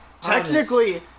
Technically